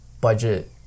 budget